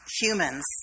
humans